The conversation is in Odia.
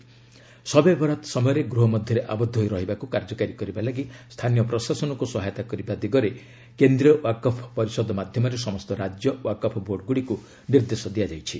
'ଶବେ ବାରାତ' ସମୟରେ ଗୂହ ମଧ୍ୟରେ ଆବଦ୍ଧ ହୋଇ ରହିବାକୁ କାର୍ଯ୍ୟକାରୀ କରିବା ଲାଗି ସ୍ଥାନୀୟ ପ୍ରଶାସନକୁ ସହାୟତା କରିବା ଦିଗରେ କେନ୍ଦ୍ରୀୟ ୱାକଫ୍ ପରିଷଦ ମାଧ୍ୟମରେ ସମସ୍ତ ରାଜ୍ୟ ୱାକଫ୍ ବୋର୍ଡଗୁଡ଼ିକୁ ନିର୍ଦ୍ଦେଶ ଦିଆଯାଇଛି